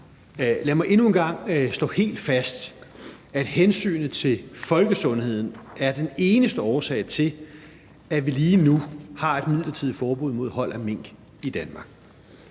Lad mig endnu en gang slå helt fast, at hensynet til folkesundheden er den eneste årsag til, at vi lige nu har et midlertidigt forbud mod hold af mink i Danmark.